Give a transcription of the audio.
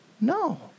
No